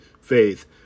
faith